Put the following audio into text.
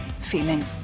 feeling